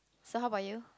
so how about you